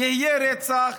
יהיה רצח,